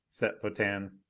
set potan,